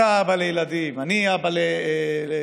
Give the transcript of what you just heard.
אתה אבא לילדים, אני אבא לבנות,